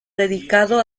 dedicado